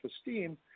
esteem